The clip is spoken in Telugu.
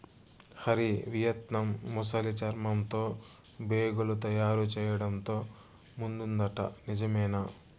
హరి, వియత్నాం ముసలి చర్మంతో బేగులు తయారు చేయడంతో ముందుందట నిజమేనా